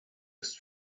ist